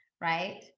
right